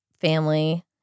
family